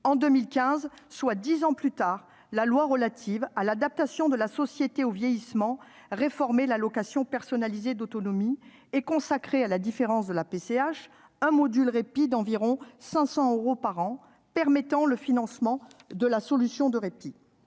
En 2015, soit dix ans plus tard, la loi relative à l'adaptation de la société au vieillissement réformait l'allocation personnalisée d'autonomie (APA) et consacrait, à la différence de la PCH, un module en faveur du répit d'environ 500 euros par an, permettant le financement d'une solution de répit.